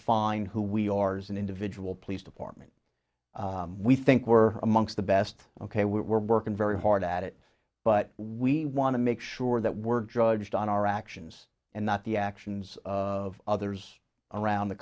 find who we are as an individual police department we think we're amongst the best ok we're working very hard at it but we want to make sure that we're judged on our actions and not the actions of others around the